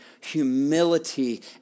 humility